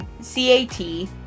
C-A-T